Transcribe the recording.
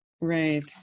right